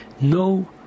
no